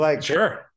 Sure